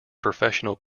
professional